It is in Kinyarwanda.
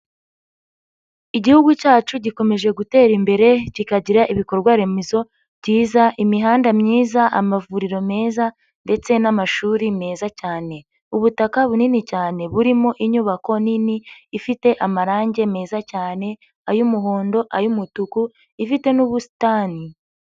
Igihugu cyacu gikomeje gutera imbere kikagira ibikorwa remezo byiza, imihanda myiza, amavuriro meza ndetse n'amashuri meza cyane, ubutaka bunini cyane burimo inyubako nini ifite amarangi meza cyane, ay'umuhondo, ay'umutuku, ifite n'ubusitani.